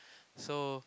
so